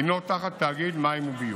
הינו תאגיד מים וביוב.